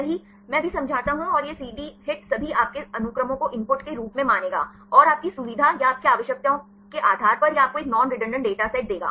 सही मैं अभी समझाता हूं और यह CD HIT सभी आपके अनुक्रमों को इनपुट के रूप में मानेगा और आपकी सुविधा या आपकी आवश्यकताओं के आधार पर यह आपको एक नॉन रेडंडान्त डेटासेट देगा